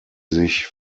sich